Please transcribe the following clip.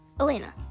Elena